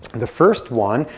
the first one,